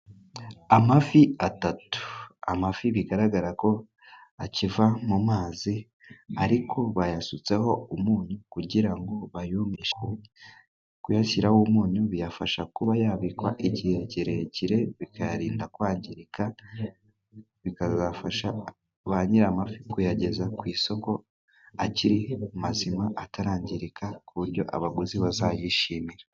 Amafi atatu amafi bigaragara ko akiva mu mazi, ariko bayasutseho umunyu, kugira ngo bayu kuyashyiraho umunyu bibafasha kuba yabikwa igihe kirekire, bikayarinda kwangirika bikazafasha ba nyiri amafi kuyageza ku isoko akiri mazima atarangirika, ku buryo abaguzi bazayishimira.